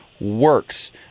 works